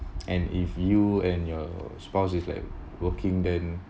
and if you and your spouse is like working then